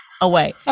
away